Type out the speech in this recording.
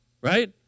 right